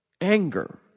anger